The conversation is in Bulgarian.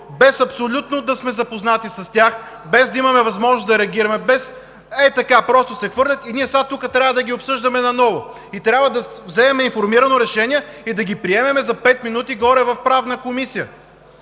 без абсолютно да сме запознати с тях, без да имаме възможност да реагираме, без ей така, просто се хвърлят и ние сега тук трябва да ги обсъждаме наново, и трябва да вземем информирано решение, и да ги приемем за пет минути горе в Правната комисия?